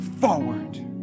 forward